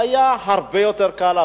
זה היה הרבה יותר קל,